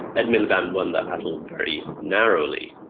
ed miliband won that battle and very narrowly,